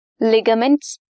ligaments